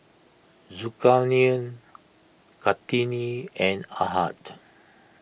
Zulkarnain Kartini and Ahad